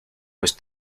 was